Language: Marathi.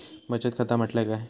बचत खाता म्हटल्या काय?